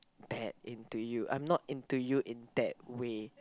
that into you I'm not into you in that way